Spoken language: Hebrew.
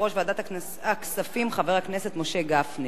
יושב-ראש ועדת הכספים, חבר הכנסת משה גפני.